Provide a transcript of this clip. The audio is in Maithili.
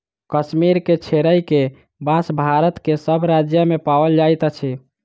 कश्मीर के छोइड़ क, बांस भारत के सभ राज्य मे पाओल जाइत अछि